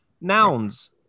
nouns